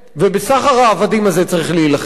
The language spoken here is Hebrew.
ובסחר העבדים הזה צריך להילחם,